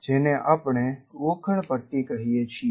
જેને આપણે ગોખણપટ્ટી કહીએ છીએ